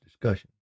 discussion